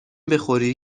بخوری